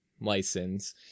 license